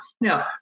Now